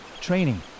Training